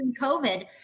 COVID